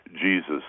Jesus